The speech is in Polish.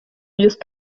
jest